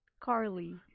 Carly